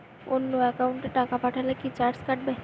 অন্য একাউন্টে টাকা পাঠালে কি চার্জ কাটবে?